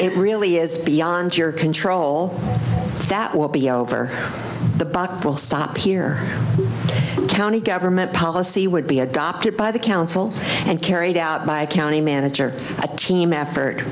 it really is beyond your control that will be over the buck will stop here county government policy would be adopted by the council and carried out by county manager a team effort